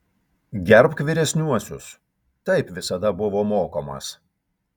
gerbk vyresniuosius taip visada buvo mokomas